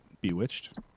bewitched